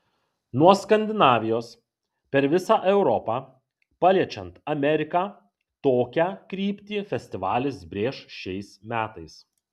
nuo skandinavijos per visą europą paliečiant ameriką tokią kryptį festivalis brėš šiais metais